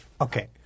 Okay